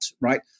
right